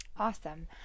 Awesome